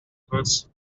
birds